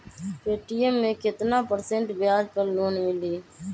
Paytm मे केतना percent ब्याज पर लोन मिली?